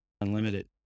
unlimited